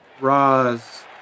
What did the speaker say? Roz